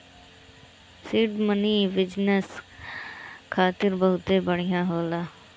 seed money business खातिर बहुते बढ़िया होला